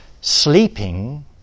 sleeping